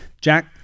Jack